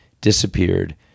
disappeared